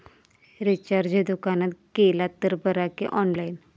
Recharge दुकानात केला तर बरा की ऑनलाइन?